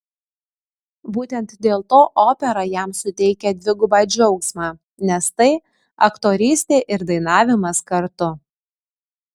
būtent dėl to opera jam suteikia dvigubą džiaugsmą nes tai aktorystė ir dainavimas kartu